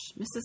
Mrs